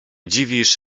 dziwisz